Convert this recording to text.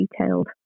detailed